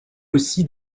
aussi